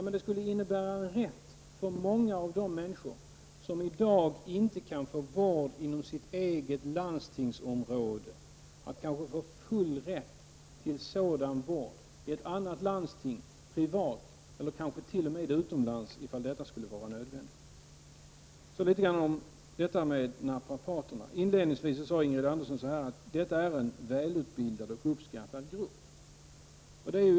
Men den skulle innebära för många av de människor som i dag inte kan få vård inom sitt eget landstingsområde en full rätt att få sådan vård i ett annat landstingsområde, privat eller t.o.m. utomlands om detta skulle vara nödvändigt. Så några ord om naprapaterna. Inledningsvis sade Ingrid Andersson att det är en väl utbildad och uppskattad grupp.